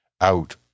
out